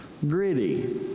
gritty